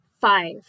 Five